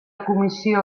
comissió